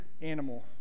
animal